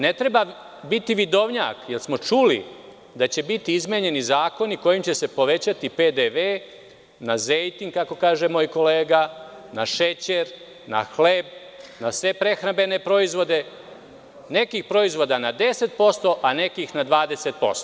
Ne treba biti vidovnjak jel smo čuli da će biti izmenjeni zakoni kojim će se povećati PDV na zejtin, kako kaže moj kolega, na šećer, na hleb, na sve prehrambene proizvode, nekih proizvoda na 10%, a nekih na 20%